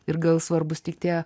ir gal svarbūs tik tie